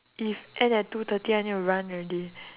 if end at two thirty I need to run already